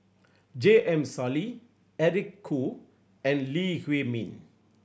J M Sali Eric Khoo and Lee Huei Min